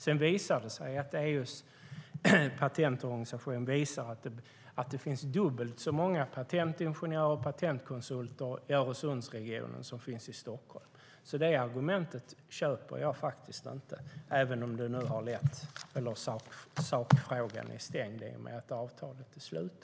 Sedan visade en patentorganisation att det finns dubbelt så många patentingenjörer och patentkonsulter i Öresundsregionen som i Stockholm. Det argumentet köper jag alltså inte, även om sakfrågan nu är stängd i och med att avtalet är slutet.